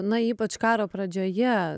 na ypač karo pradžioje